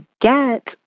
get